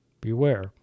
beware